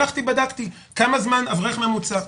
הלכתי בדקתי, כמה זמן אברך ממוצע.